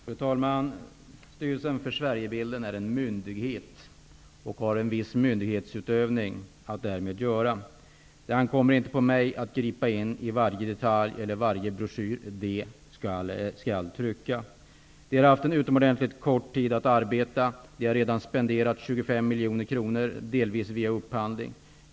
Fru talman! Styrelsen för Sverigebilden är en myndighet, med en viss myndighetsutövning. Det ankommer inte på mig att gripa in i varje detalj eller varje broschyr som de skall trycka. Den har haft en utomordentligt kort tid att arbeta på och har redan spenderat 25 miljoner kronor, delvis via upphandling.